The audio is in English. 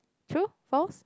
true false